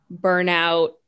burnout